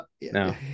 No